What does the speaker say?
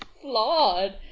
flawed